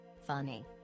Funny